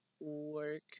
work